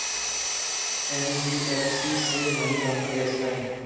NBFC से money transfer कैसे करें?